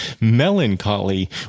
melancholy